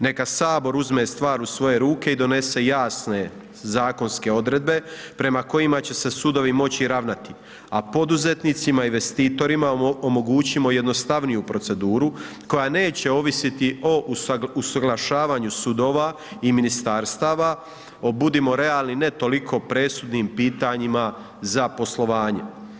Neka sabor uzme stvar u svoje ruke i donese jasne zakonske odredbe prema kojima će se sudovi moći ravnati, a poduzetnicima investitorima omogućimo jednostavniju proceduru koja neće ovisiti o usuglašavanju sudova i ministarstava o budimo realni ne toliko presudnim pitanjima za poslovanje.